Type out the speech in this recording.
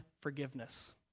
forgiveness